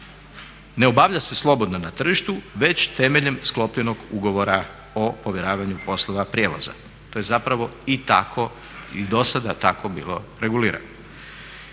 ne obavlja se slobodno na tržištu već temeljem sklopljenog ugovora o povjeravanju poslova prijevoza. To je zapravo i dosada tako bilo regulirano.